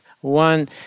One